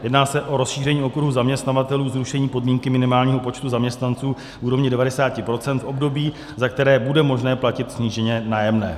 Jedná se o rozšíření okruhu zaměstnavatelů zrušením podmínky minimálního počtu zaměstnanců v úrovni 90 % v období, za které bude možné platit snížené nájemné.